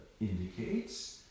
indicates